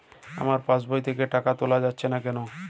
আমার পাসবই থেকে টাকা তোলা যাচ্ছে না কেনো?